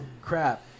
crap